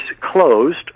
closed